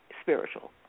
spiritual